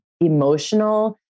emotional